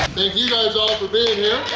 thank you guys all for being here!